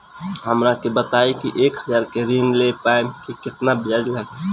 हमरा के बताई कि एक हज़ार के ऋण ले ला पे केतना ब्याज लागी?